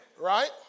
Right